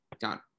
got